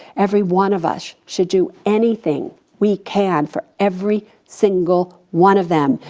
every one of us should do anything we can for every single one of them.